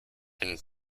and